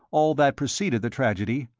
all that preceded the tragedy,